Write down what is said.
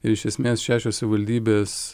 ir iš esmės šešios savivaldybės